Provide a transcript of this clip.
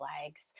flags